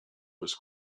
was